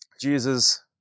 Jesus